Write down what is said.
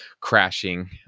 crashing